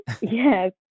yes